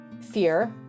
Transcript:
fear